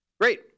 Great